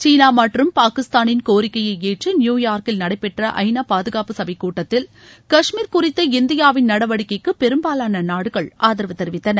சீனா மற்றும் பாகிஸ்தானின் கோரிக்கையை ஏற்று நியுயார்க்கில் நடைபெற்ற ஐநா பாதுகாப்பு சபை கூட்டத்தில் கஷ்மீர் குறித்த இந்தியாவின் நடவடிக்கைக்கு பெரும்பாலான நாடுகள் ஆதரவு தெரிவித்தன